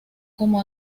como